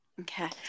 Okay